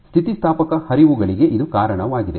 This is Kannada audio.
ಸ್ಥಿತಿಸ್ಥಾಪಕ ಹರಿವುಗಳಿಗೆ ಇದು ಕಾರಣವಾಗಿದೆ